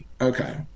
Okay